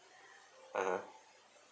(uh huh)